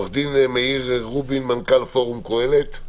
עורך דין מאיר רובין, מנכ"ל פורום קהלת,